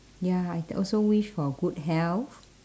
ya I also wish for good health